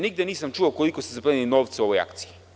Nigde nisam čuo koliko ste zaplenili novca u ovoj akciji.